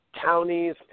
counties